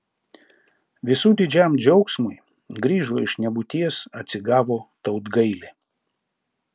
visų didžiam džiaugsmui grįžo iš nebūties atsigavo tautgailė